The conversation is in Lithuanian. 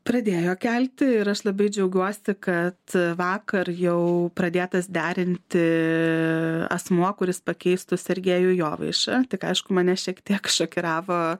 pradėjo kelti ir aš labai džiaugiuosi kad vakar jau pradėtas derinti asmuo kuris pakeistų sergejų jovaišą tik aišku mane šiek tiek šokiravo